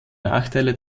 nachteile